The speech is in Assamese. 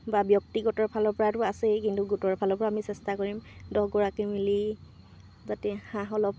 বা ব্যক্তিগতফালৰপৰাতো আছেই কিন্তু গোটৰফালৰপৰা আমি চেষ্টা কৰিম দহগৰাকী মিলি যাতে হাঁহ অলপ